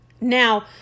Now